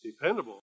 dependable